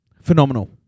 Phenomenal